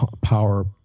power